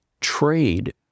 trade